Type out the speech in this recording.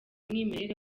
umwimerere